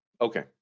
Okay